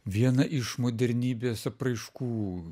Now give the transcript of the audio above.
vieną iš modernybės apraiškų